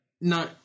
No